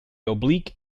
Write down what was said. oblique